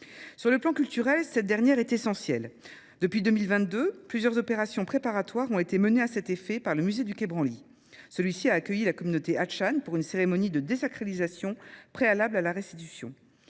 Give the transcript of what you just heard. Sur le plan culturel, cette dernière est essentielle. Depuis 2022, plusieurs opérations préparatoires ont été menées à cet effet par le Musée du Quai Branly. Celui-ci a accueilli la communauté Hatchan pour une cérémonie de désacralisation préalable à la restitution.